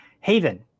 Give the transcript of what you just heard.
haven